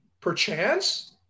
perchance